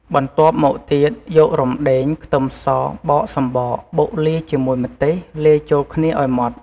បន្ទាប់មកទៀតយករំដេង ខ្ទឹមស បកសំបក បុកលាយជាមួយម្ទេស លាយចូលគ្នាឱ្យម៉ដ្ឋ ។